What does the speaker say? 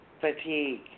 fatigue